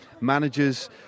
managers